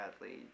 badly